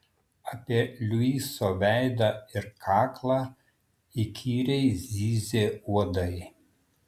apie luiso veidą ir kaklą įkyriai zyzė uodai